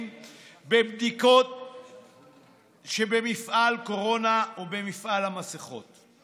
בבדיקות שבמפעל קורונה או במפעל המסכות.